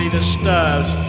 disturbed